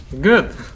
Good